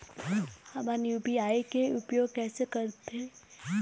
हमन यू.पी.आई के उपयोग कैसे करथें?